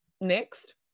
Next